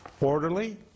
Orderly